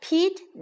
Pete